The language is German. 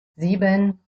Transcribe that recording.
sieben